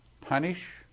punish